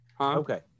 Okay